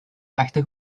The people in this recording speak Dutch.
rechte